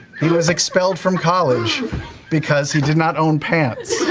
he was expelled from college because he did not own pants.